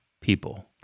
people